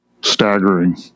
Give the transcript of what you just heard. staggering